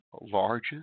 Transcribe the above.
largest